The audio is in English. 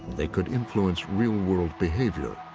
they could influence real-world behavior.